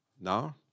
now